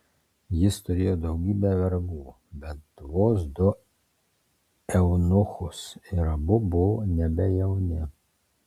jis turėjo daugybę vergų bet vos du eunuchus ir abu buvo nebe jauni